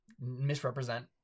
misrepresent